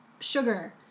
Sugar